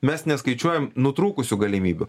mes neskaičiuojam nutrūkusių galimybių